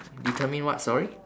determine what sorry